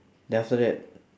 then after that